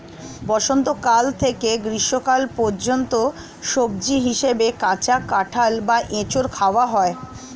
বসন্তকাল থেকে গ্রীষ্মকাল পর্যন্ত সবজি হিসাবে কাঁচা কাঁঠাল বা এঁচোড় খাওয়া হয়